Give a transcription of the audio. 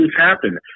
happen